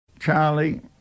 charlie